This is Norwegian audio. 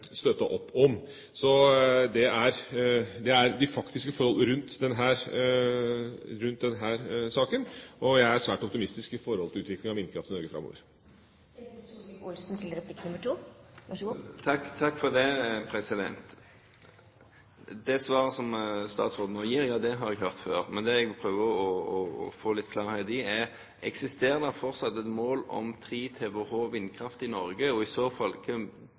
rundt denne saken, og jeg er svært optimistisk med hensyn til utviklinga av vindkraft i Norge framover. Det svaret som statsråden nå gir, har jeg hørt før, men det jeg prøver å få litt klarhet i, er: Eksisterer det fortsatt et mål om 3 TWh vindkraft i Norge, og i så fall